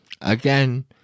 Again